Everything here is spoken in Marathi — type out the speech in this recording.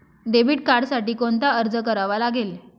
डेबिट कार्डसाठी कोणता अर्ज करावा लागेल?